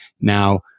Now